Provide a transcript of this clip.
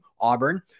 Auburn